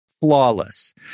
flawless